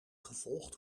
gevolgd